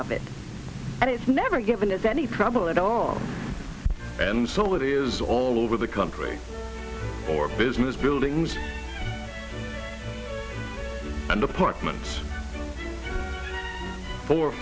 of it and it's never given us any trouble at all and so it is all over the country or business buildings and apartment for